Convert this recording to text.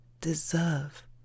deserve